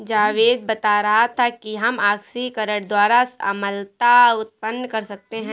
जावेद बता रहा था कि हम ऑक्सीकरण द्वारा अम्लता उत्पन्न कर सकते हैं